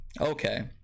Okay